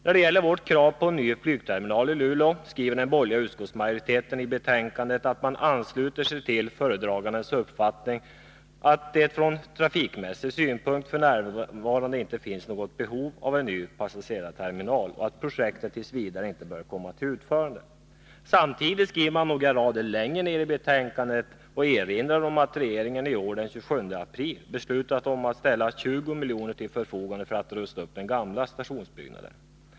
När det gäller vårt krav på en ny flygterminali Luleå skriver den borgerliga utskottsmajoriteten i betänkandet att den ansluter sig till föredragandens uppfattning att det från trafikmässig synpunkt f. n. inte finns något behov av en ny passagerarterminal och att projektet t.v. inte bör komma till utförande. Samtidigt erinrar man några rader längre ned i betänkandet om att regeringen den 27 april i år beslutat om att ställa 20 miljoner till förfogande för att rusta upp den gamla stationsbyggnaden.